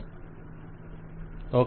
vendor okay